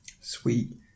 sweet